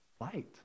light